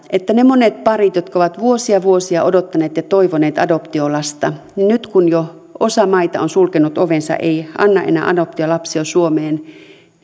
että niiden monien parien jotka ovat vuosia vuosia odottaneet ja toivoneet adoptiolasta nyt kun jo osa maita on sulkenut ovensa ei anna enää adoptiolapsia suomeen